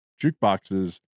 jukeboxes